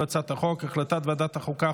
החלטת ועדת החוקה,